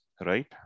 right